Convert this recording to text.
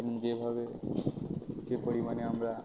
যেভাবে যে পরিমাণে আমরা